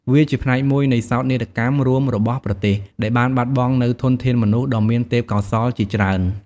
វាជាផ្នែកមួយនៃសោកនាដកម្មរួមរបស់ប្រទេស ដែលបានបាត់បង់នូវធនធានមនុស្សដ៏មានទេពកោសល្យជាច្រើន។